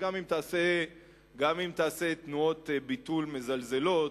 וגם אם תעשה תנועות ביטול מזלזלות,